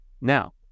Now